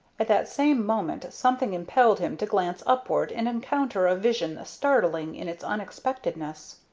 at that same moment something impelled him to glance upward and encounter a vision startling in its unexpectedness.